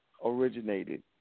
originated